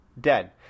dead